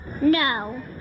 No